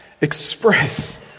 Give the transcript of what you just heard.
express